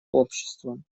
обществом